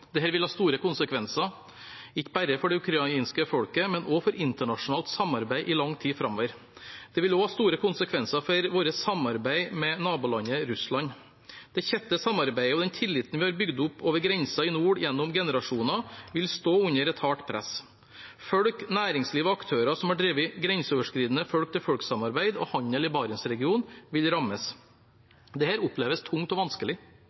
ha store konsekvenser, ikke bare for det ukrainske folket, men også for internasjonalt samarbeid i lang tid framover. Dette vil også ha store konsekvenser for vårt samarbeid med nabolandet Russland. Det tette samarbeidet og den tilliten vi har bygget opp over grensen i nord gjennom generasjoner, vil stå under et hardt press. Folk, næringsliv og aktører som har drevet grenseoverskridende folk-til-folk-samarbeid og handel i Barentsregionen, vil rammes. Dette oppleves tungt og vanskelig.